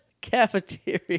Cafeteria